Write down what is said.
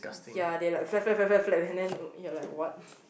ya they like flap flap flap flap flap and then you're like what